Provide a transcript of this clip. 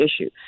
issue